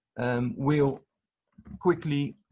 and will quickly